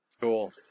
Cool